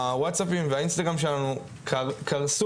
הוואטסאפ והאינסטגרם שלנו פשוט קרס,